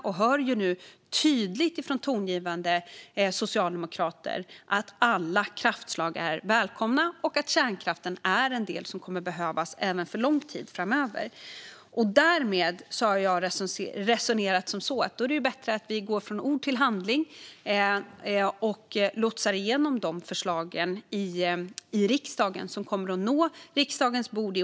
Jag hör nu tydligt från tongivande socialdemokrater att alla kraftslag är välkomna och att kärnkraften är en del som kommer att behövas även för lång tid framöver. Därmed har jag resonerat som så att det är bättre att vi går från ord till handling och lotsar igenom de förslag i riksdagen som kommer att nå riksdagens bord i år.